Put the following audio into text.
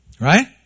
Right